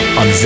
on